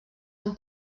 hom